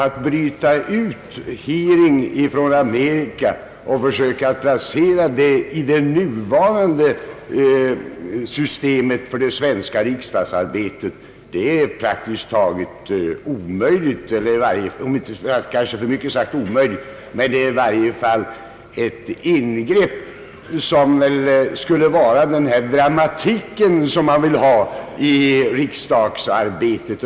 Att bryta ut hearings från Amerika och försöka placera dem i det nuvarande systemet för det svenska riksdagsarbetet är om inte omöjligt så i varje fall ett ingrepp som väl skulle syfta till att åstadkomma den här dramatiken som man vill ha i riksdagsarbetet.